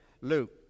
Luke